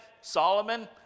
Solomon